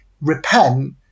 repent